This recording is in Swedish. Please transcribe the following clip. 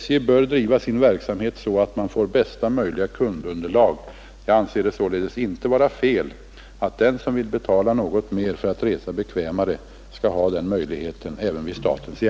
SJ bör driva sin verksamhet så att man får bästa möjliga kundunderlag. Jag anser det således inte vara fel att den som vill betala något mer för att resa bekvämare skall ha den möjligheten även vid SJ.